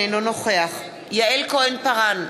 אינו נוכח יעל כהן-פארן,